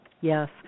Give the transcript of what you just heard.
yes